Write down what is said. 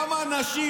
גם אנשים,